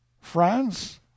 france